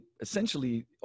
essentially